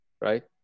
right